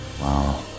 Wow